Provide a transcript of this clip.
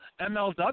MLW